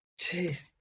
Jeez